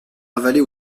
avaler